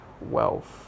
wealth